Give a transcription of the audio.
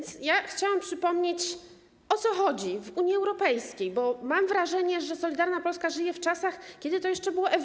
Chciałam zatem przypomnieć, o co chodzi w Unii Europejskiej, bo mam wrażenie, że Solidarna Polska żyje w czasach, kiedy to jeszcze było EWG.